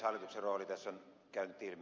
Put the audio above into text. hallituksen rooli tässä on käynyt ilmi